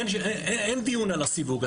אין דיון על הסיווג.